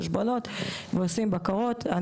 חשבונות ועושים בקרות.